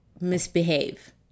misbehave